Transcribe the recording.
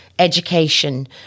education